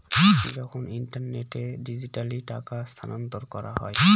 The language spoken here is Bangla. যখন ইন্টারনেটে ডিজিটালি টাকা স্থানান্তর করা হয়